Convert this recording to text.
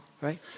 right